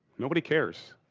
nobody cares.